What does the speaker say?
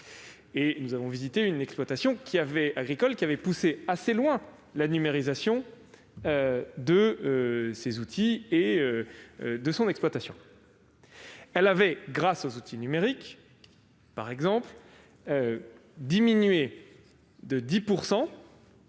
nous avons visité une exploitation agricole qui avait poussé assez loin la numérisation de ses outils et de son fonctionnement. Grâce aux outils numériques, elle a par exemple diminué de 10